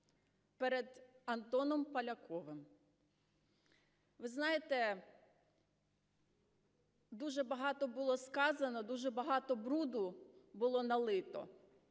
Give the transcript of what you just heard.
перед Антоном Поляковим. Ви знаєте, дуже багато було сказано, дуже багато бруду було налито.